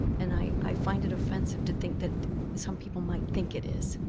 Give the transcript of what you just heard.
and i i find it offensive to think that some people might think it is.